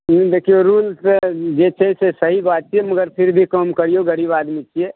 देखियौ रूम के छै सही बात छियै मगर फिर भी कम करियौ गरीब आदमी छियै